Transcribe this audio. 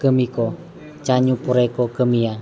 ᱠᱟᱹᱢᱤ ᱠᱚ ᱪᱟ ᱧᱩ ᱯᱚᱨᱮ ᱠᱚ ᱠᱟᱹᱢᱤᱭᱟ